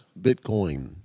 Bitcoin